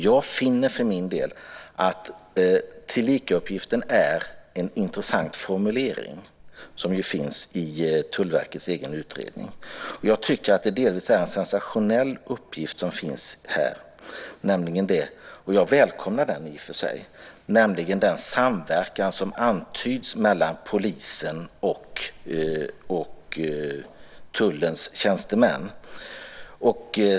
Jag finner för min del att denna "tillikauppgift" är en intressant formulering som finns i Tullverkets egen utredning. Jag tycker att det delvis är en sensationell uppgift som finns här, och jag välkomnar i och för sig den, nämligen den samverkan som antyds mellan polisen och tullens tjänstemän.